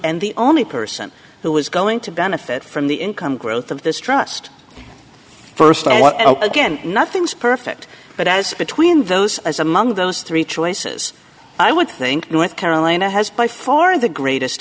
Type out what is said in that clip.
and the only person who is going to benefit from the income growth of this trust first i was again nothing's perfect but as between those as among those three choices i would think north carolina has by far the greatest